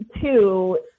two